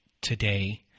today